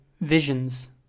visions